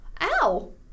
Ow